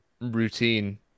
routine